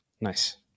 Nice